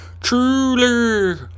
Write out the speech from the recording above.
Truly